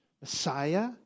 Messiah